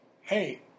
hey